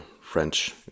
French